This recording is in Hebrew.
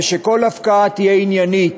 ושכל הפקעה תהיה עניינית,